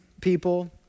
people